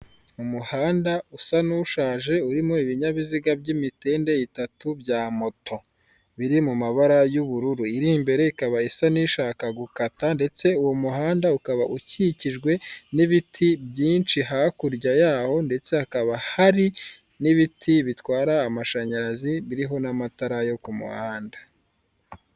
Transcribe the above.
Umuhanda usa n'ushaje urimo ibinyabiziga by'imitende bya moto biri mu mabara y'ubururu, iri imbere ikaba isa n'ishaka gukata ndetse uwo muhanda ukaba ukikijwe n'ibiti byinshi hakurya yaho ndetse hakaba hari n'ibiti bitwara amashanyarazi biriho n'amatara yo ku muhanda.